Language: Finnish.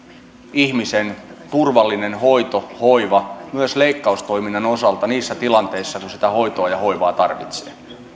ihmisen turvallinen hoito ja hoiva myös leikkaustoiminnan osalta niissä tilanteissa kun sitä hoitoa ja hoivaa tarvitsee